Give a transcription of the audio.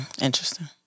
Interesting